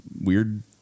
weird